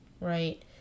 right